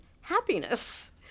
happiness